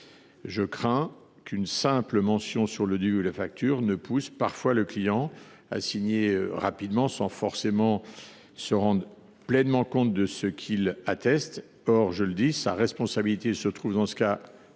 je crains qu’une simple mention sur le devis ou la facture ne pousse parfois le client à signer rapidement, sans forcément se rendre pleinement compte de ce qu’il atteste. Or sa responsabilité se trouvera engagée